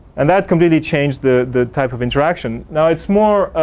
and that can really change the the type of interaction. now, it's more